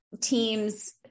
team's